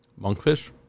Monkfish